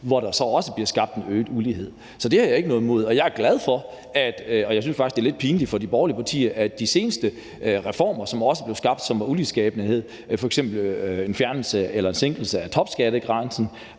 hvor der så også bliver skabt en øget ulighed. Så det har jeg ikke noget imod. Og jeg synes faktisk, det er lidt pinligt for de borgerlige partier, at de seneste reformer, som blev skabt, og som også var ulighedsskabende, f.eks. en sænkelse af topskattegrænsen